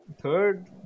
third